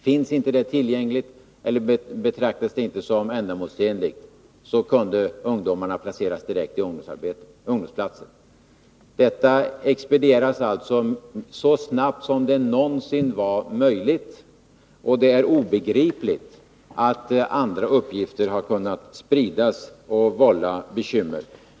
Om det inte finns tillgängligt, eller inte betraktas som ändamålsenligt, kan ungdomarna placeras direkt i ungdomsplatser. Detta expedierades så snabbt som det någonsin var möjligt. Det är obegripligt att andra uppgifter har kunnat spridas och vålla bekymmer.